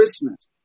Christmas